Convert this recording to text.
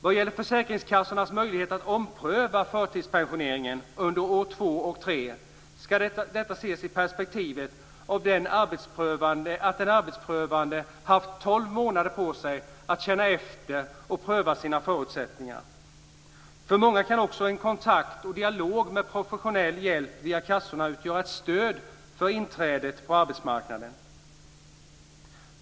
Vad gäller försäkringskassornas möjlighet att ompröva förtidspensioneringen under år 2 och 3 ska detta ses i perspektivet av att den arbetsprövande haft tolv månader på sig att känna efter och pröva sina förutsättningar. För många kan också en kontakt och dialog med professionell hjälp via kassorna utgöra ett stöd för inträdet på arbetsmarknaden.